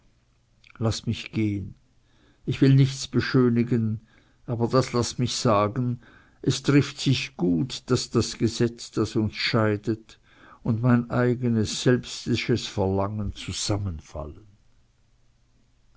laß mich gehen ich will nichts beschönigen aber das laß mich sagen es trifft sich gut daß das gesetz das uns scheidet und mein eignes selbstisches verlangen zusammenfallen